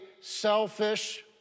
selfish